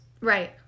Right